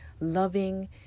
loving